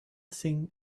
thing